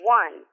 one